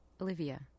olivia